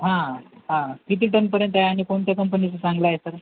हा हा किती टनपर्यंत आहे आणि कोणत्या कंपनीचं चांगलं आहे सर